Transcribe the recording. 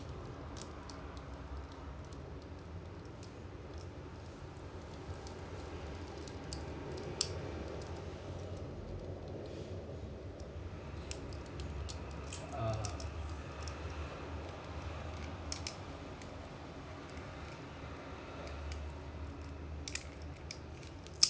err